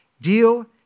deal